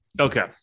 Okay